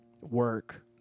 work